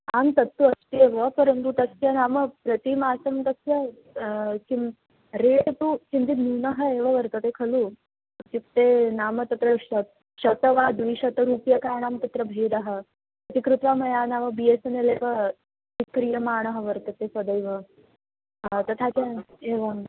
आं तत्तु अस्ति एव परन्तु तस्य नाम प्रतिमासं तस्य किं रेट् तु किञ्चित् न्यूनः एव वर्तते खलु इत्युक्ते नाम तत्र शतं शतं वा द्विशतरूप्यकाणां तत्र भेदः इति कृत्वा मया नाम बी एस् एन् एल् एव स्वीक्रियमाणः वर्तते तदेव तथा च एवं